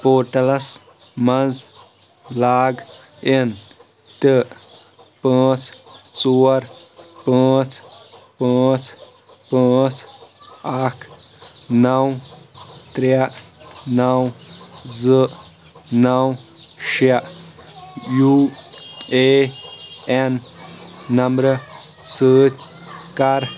پورٹلَس منٛز log in تہٕ پانٛژھ ژور پانٛژھ پانٛژھ پانٛژھ اکھ نَو ترٛےٚ نَو زٕ نَو شےٚ یوٗ اے ایٚن نمبرٕ سۭتۍ کَر